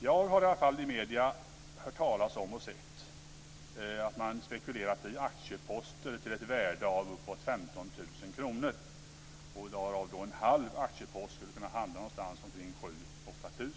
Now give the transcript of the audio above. Jag har i medier hört och sett att man har spekulerat i aktieposter till ett värde av upp till 15 000 kr. En halv aktiepost skulle då vara 7 000-8 000